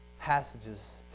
passages